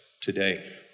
today